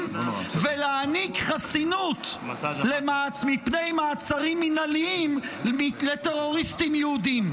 ולהעניק חסינות מפני מעצרים מינהליים לטרוריסטים יהודים.